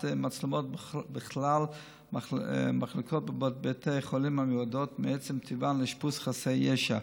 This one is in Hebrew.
מצלמות בכלל מחלקות בית חולים המיועדות מעצם טיבן לאשפוז חסרי ישע.